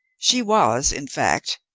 she was, in fact,